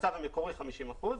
בצו המקורי 50 אחוזים,